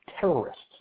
terrorists